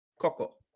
Coco